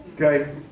okay